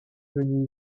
venu